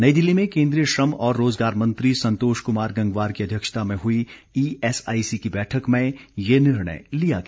नई दिल्ली में केन्द्रीय श्रम और रोजगार मंत्री संतोष कुमार गंगवार की अध्यक्षता में हुई ईएसआईसी की बैठक में ये निर्णय लिया गया